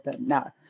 no